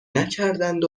نکردند